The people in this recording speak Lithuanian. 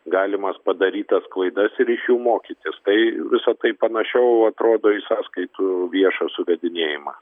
galimas padarytas klaidas ir iš jų mokytis tai visa tai panašiau atrodo į sąskaitų viešą suvedinėjimą